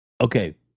okay